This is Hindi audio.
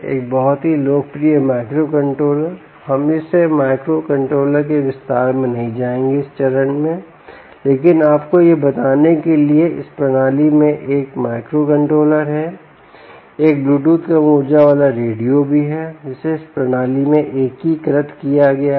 एक बहुत ही लोकप्रिय माइक्रोकंट्रोलर हम इस माइक्रोकंट्रोलर के विस्तार में नहीं जाएंगे इस चरण में लेकिन आपको यह बताने के लिए कि इस प्रणाली में एक माइक्रोकंट्रोलर है और एक ब्लूटूथ कम ऊर्जा वाला रेडियो भी है जिसे इस प्रणाली में एकीकृत किया गया है